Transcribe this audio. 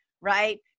right